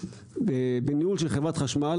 בניהול של חברת החשמל,